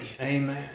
Amen